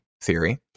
theory